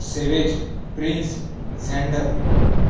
savage prince xander